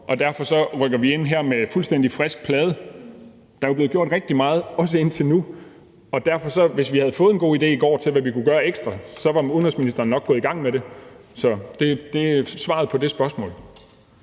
vi derfor rykker ind på det her med en fuldstændig tom plade. Der er jo indtil nu blevet gjort rigtig meget. Hvis vi i går havde fået en god idé til, hvad vi kunne gøre ekstra, var udenrigsministeren nok gået i gang med det. Så det er svaret på det spørgsmål.